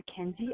McKenzie